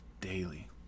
daily